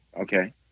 okay